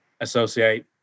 associate